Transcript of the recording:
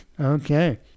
Okay